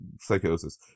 psychosis